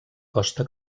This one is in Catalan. costa